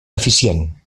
eficient